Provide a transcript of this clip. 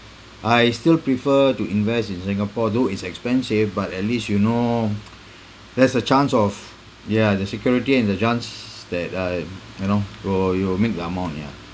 I still prefer to invest in Singapore though it's expensive but at least you know there's a chance of ya the security and the chance that uh you know will you'll make the amount ya